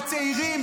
בצעירים,